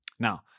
Now